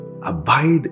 Abide